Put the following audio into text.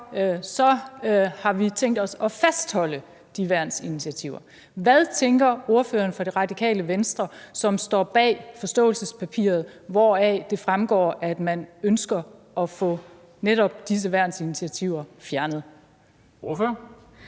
har vi tænkt os at fastholde de værnsinitiativer. Hvad tænker ordføreren for Det Radikale Venstre, som står bag forståelsespapiret, hvoraf det fremgår, at man ønsker at få netop disse værnsinitiativer fjernet, om det?